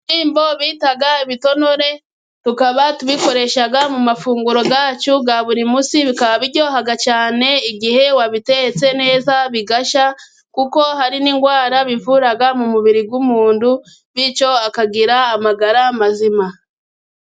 Ibishyimbo bita ibitonore, tukaba tubikoresha mu mafunguro yacu ya buri munsi, bikaba biryoha cyane igihe wabitetse neza bigashya, kuko hari n'indwara bivura mu mubiri w'umuntu, bityo akagira amagara mazima.